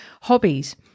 hobbies